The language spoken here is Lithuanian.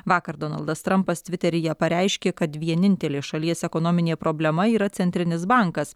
vakar donaldas trampas tviteryje pareiškė kad vienintelė šalies ekonominė problema yra centrinis bankas